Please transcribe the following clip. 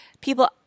people